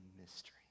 mystery